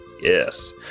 Yes